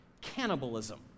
cannibalism